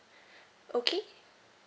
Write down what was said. okay